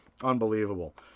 Unbelievable